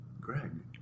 Greg